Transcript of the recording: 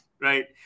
right